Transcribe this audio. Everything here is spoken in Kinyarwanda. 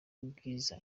ubwiza